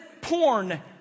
porn